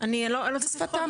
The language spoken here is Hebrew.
או צרפתית.